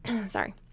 sorry